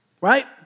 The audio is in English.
right